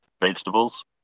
vegetables